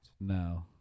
No